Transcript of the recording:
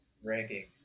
ranking